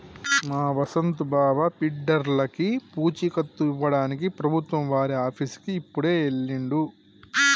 మా వసంత్ బావ బిడ్డర్లకి పూచీకత్తు ఇవ్వడానికి ప్రభుత్వం వారి ఆఫీసుకి ఇప్పుడే వెళ్ళిండు